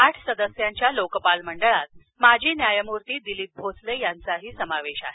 आठ सदस्यांच्या लोकपाल मंडळात माजी न्यायमूर्ती दिलीप भोसले यांचाही समावेश आहे